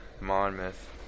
Monmouth